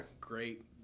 Great